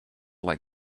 like